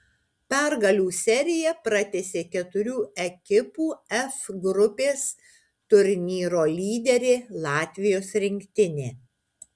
pergalių seriją pratęsė keturių ekipų f grupės turnyro lyderė latvijos rinktinė